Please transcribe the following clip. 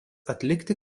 atlikti